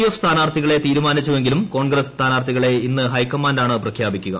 F സ്ഥാനാർത്ഥികളെ തീരുമാനിച്ചുവെങ്കിലും കോൺഗ്രസ് സ്ഥാനാർത്ഥികളെ ഇന്ന് ഹൈക്കമാന്റാണ് പ്രഖ്യാപിക്കുക